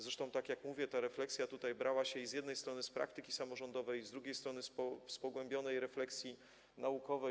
Zresztą tak jak mówię, ta refleksja brała się, z jednej strony, z praktyki samorządowej, z drugiej strony, z pogłębionej refleksji naukowej.